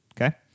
Okay